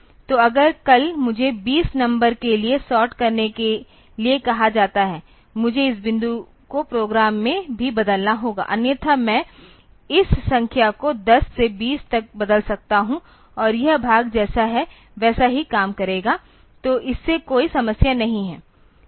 तो अगर कल मुझे 20 नंबर के लिए सॉर्ट करने के लिए कहा जाता है मुझे इस बिंदु को प्रोग्राम में भी बदलना होगा अन्यथा मैं इस संख्या को 10 से 20 तक बदल सकता हूं और यह भाग जैसा है वैसा ही काम करेगा तो इससे कोई समस्या नहीं है